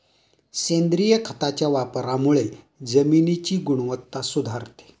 सेंद्रिय खताच्या वापरामुळे जमिनीची गुणवत्ता सुधारते